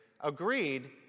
agreed